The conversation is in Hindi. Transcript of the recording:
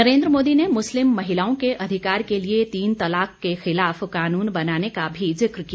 नरेन्द्र मोदी ने मुस्लिम महिलाओं को अधिकार के लिए तीन तलाक के खिलाफ कानून बनाने का भी ज़िक्र किया